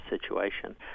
situation